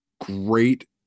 great